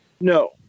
No